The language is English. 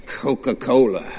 Coca-Cola